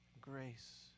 grace